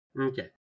Okay